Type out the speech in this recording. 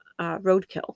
roadkill